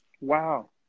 Wow